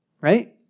Right